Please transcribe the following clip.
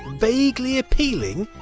vaguely appealing,